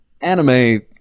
anime